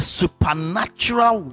supernatural